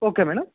okay madam